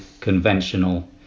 conventional